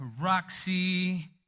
Roxy